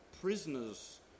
prisoners